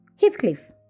Heathcliff